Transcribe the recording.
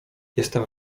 jestem